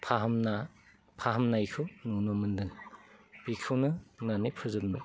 फाहामना फाहामनायखौ नुनो मोन्दों बेखौनो होननानै फोजोब्बाय